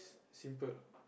simple